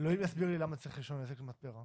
אלוהים יסביר לי למה צריך רישיון עסק במתפרה.